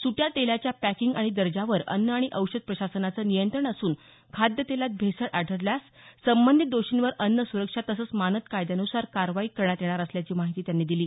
सुट्ट्या तेलाच्या पॅकिंग आणि दर्जावर अन्न आणि औषध प्रशासनाचं नियंत्रण असून खाद्यतेलात भेसळ आढळल्यास संबंधित दोषींवर अन्न सुरक्षा तसंच मानद कायद्यान्सार कारवाई करण्यात येणार असल्याची माहिती त्यांनी दिली